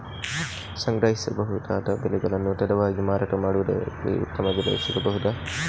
ಸಂಗ್ರಹಿಸಿಡಬಹುದಾದ ಬೆಳೆಗಳನ್ನು ತಡವಾಗಿ ಮಾರಾಟ ಮಾಡುವುದಾದಲ್ಲಿ ಉತ್ತಮ ಬೆಲೆ ಸಿಗಬಹುದಾ?